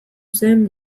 zen